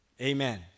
Amen